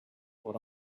what